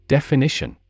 Definition